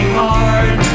hard